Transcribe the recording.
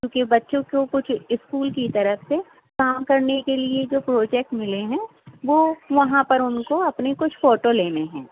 کیونکہ بچوں کو کچھ اسکول کی طرف سے کام کرنے کے لیے جو پروجیکٹ ملے ہیں وہ وہاں پر ان کو اپنے کچھ فوٹو لینے ہیں